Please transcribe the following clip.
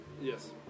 yes